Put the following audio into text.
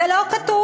זה לא כתוב.